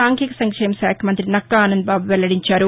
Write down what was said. సాంఘిక సంక్షేమ శాఖమంతి నక్కా ఆనంద్బాబు వెల్లడించారు